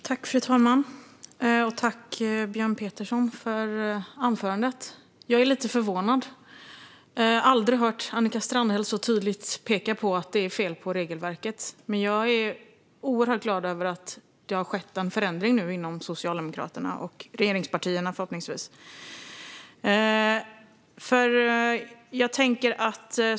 Fru talman! Tack, Björn Petersson, för anförandet! Jag är lite förvånad. Jag har aldrig hört Annika Strandhäll så tydligt peka på att det är fel på regelverket, men jag är oerhört glad över att det nu har skett en förändring inom Socialdemokraterna och, förhoppningsvis, regeringspartierna.